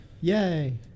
Yay